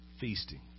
Feasting